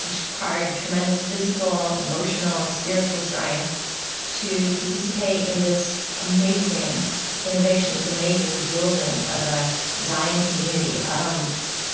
which required tremendous physical, emotional, spiritual strength to participate in this amazing innovation, this amazing building of a zion community out on